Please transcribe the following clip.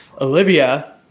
Olivia